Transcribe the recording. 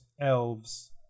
elves